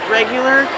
regular